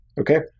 Okay